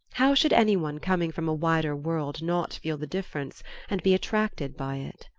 how should any one coming from a wider world not feel the difference and be attracted by it?